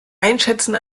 einschätzen